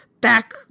back